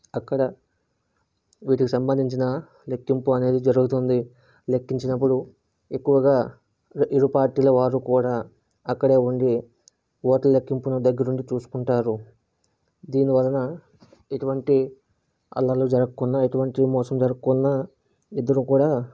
అక్కడ వీటికి సంబంధించిన లెక్కింపు అనేది జరుగుతుంది లెక్కించినప్పుడు ఎక్కువగా ఇరు పార్టీల వారు కూడా అక్కడే ఉండి ఓటు లెక్కింపును దగ్గరుండి చూసుకుంటారు దీని వలన ఎటువంటి అల్లర్లు జరగకుండా ఎటువంటి మోసం జరకుండ ఇద్దరూ కూడా